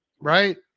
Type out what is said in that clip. right